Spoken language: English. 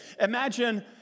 imagine